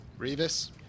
Revis